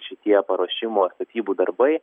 šitie paruošimo statybų darbai